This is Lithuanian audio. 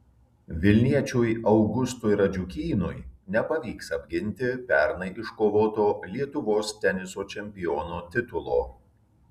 vilniečiui augustui radžiukynui nepavyks apginti pernai iškovoto lietuvos teniso čempiono titulo